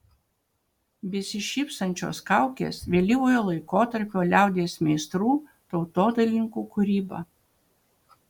besišypsančios kaukės vėlyvojo laikotarpio liaudies meistrų tautodailininkų kūryba